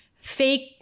fake